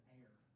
air